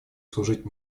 служить